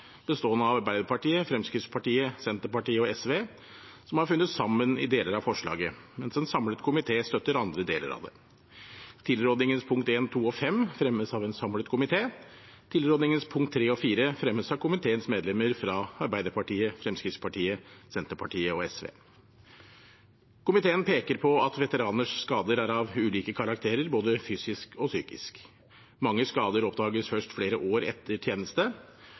bestående av Arbeiderpartiet, Fremskrittspartiet, Senterpartiet og SV, som har funnet sammen i deler av forslaget, mens en samlet komité støtter andre deler av det. Tilrådingens punkt I, II og V fremmes av en samlet komité. Tilrådingens punkt III og IV fremmes av komiteens medlemmer fra Arbeiderpartiet, Fremskrittspartiet, Senterpartiet og SV. Komiteen peker på at veteraners skader er av ulike karakterer, både fysisk og psykisk. Mange skader oppdages først flere år etter tjeneste.